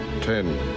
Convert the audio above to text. Ten